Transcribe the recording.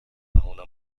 fauna